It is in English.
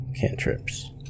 cantrips